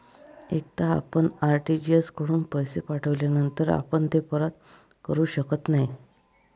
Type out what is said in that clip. एकदा आपण आर.टी.जी.एस कडून पैसे पाठविल्यानंतर आपण ते परत करू शकत नाही